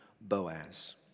Boaz